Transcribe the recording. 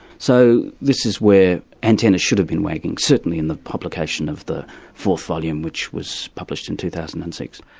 so this is where antennas should have been wagging, certainly in the publication of the fourth volume, which was published in two thousand and six.